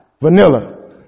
Vanilla